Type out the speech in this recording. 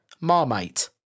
Marmite